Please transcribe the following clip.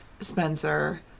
Spencer